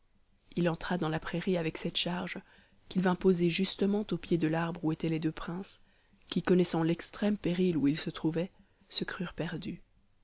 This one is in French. il entra dans la prairie avec cette charge qu'il vint poser justement au pied de l'arbre où étaient les deux princes qui connaissant l'extrême péril où ils se trouvaient se crurent perdus